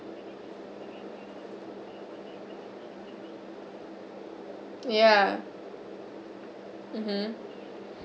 yeah mmhmm